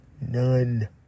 None